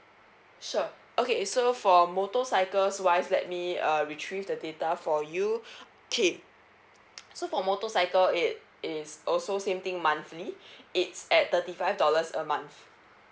sure okay so for motorcycles wise let me uh retrieve the data for you okay so for motorcycle it is also same thing monthly it's at thirty five dollars a month